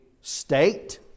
state